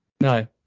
No